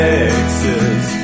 Texas